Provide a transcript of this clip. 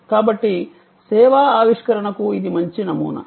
కాబట్టి సేవా ఆవిష్కరణకు ఇది మంచి నమూనా